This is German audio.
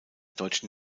deutschen